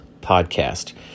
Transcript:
podcast